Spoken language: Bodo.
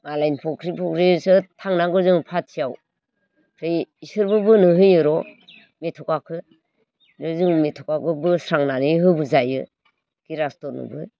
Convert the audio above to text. मालाइनि फख्रि फख्रिसो थांनांगौ जोङो फाथियाव आमफ्राय इसोरबो बोनो होयो र' मेथ'खाखो जों मेथ'खाखौ बोस्रांनानै होबो जायो गिरास्थ'नोबो